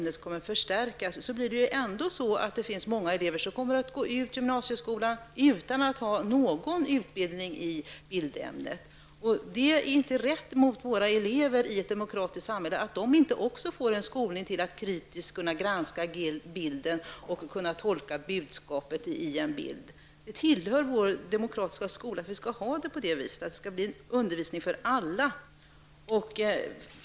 Nu blir det ju ändå så att många elever kommer att gå ut gymnasieskolan utan att ha någon utbildning i bildämnet, även om skolministern säger att ämnet kommer att förstärkas. I ett demokratiskt samhälle är det inte rätt mot våra elever att de inte också får en skolning i att kritiskt kunna granska en bild och tolka budskapet i en bild. Det tillhör vår demokratiska skola att det skall bli en undervisning för alla.